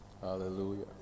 hallelujah